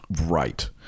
Right